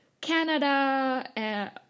Canada